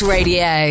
Radio